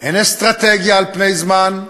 אין אסטרטגיה על פני זמן,